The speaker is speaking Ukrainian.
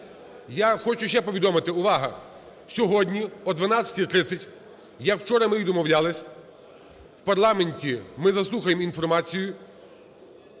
Я хочу ще повідомити. Увага! Сьогодні, о 12:30, як вчора ми і домовлялись, в парламенті ми заслухаємо інформацію